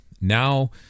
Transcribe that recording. now